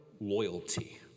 loyalty